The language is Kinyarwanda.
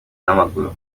n’amaguru